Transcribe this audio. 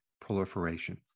proliferation